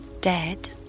Dead